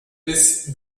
bis